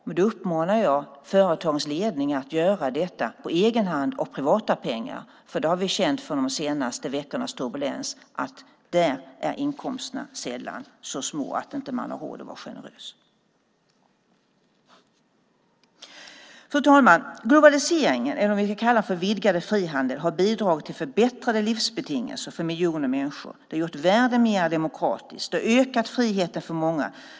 Men då uppmanar jag företagens ledningar att göra detta på egen hand med privata pengar. Under de senaste veckornas turbulens har vi känt att inkomsterna där sällan är så små att de inte har råd att vara generösa. Fru talman! Globaliseringen - vi kan kalla den för den vidgade frihandeln - har bidragit till förbättrade livsbetingelser för miljoner människor. Den har gjort världen mer demokratisk och ökat friheten för många.